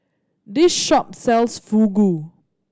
this shop sells Fugu